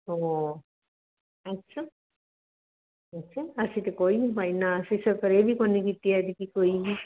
ਹਾਂ ਅੱਛਾ ਅੱਛਾ ਅਸੀਂ ਤਾਂ ਕੋਈ ਨਹੀਂ ਪਾਈ ਨਾ ਅਸੀਂ ਸਪਰੇਅ ਵੀ ਕੋਈ ਨਹੀਂ ਕੀਤੀ ਐਤਕੀਂ ਕੋਈ ਵੀ